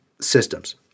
systems